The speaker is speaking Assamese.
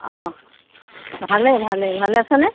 অঁ ভালেই ভালেই ভালে আছে নে